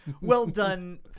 Well-done